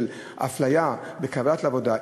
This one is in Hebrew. של אפליה בקבלה לעבודה,